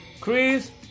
Chris